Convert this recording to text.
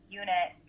unit